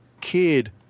kid